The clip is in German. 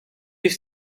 ist